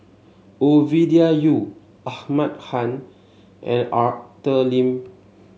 Ovidia Yu Ahmad Khan and Arthur Lim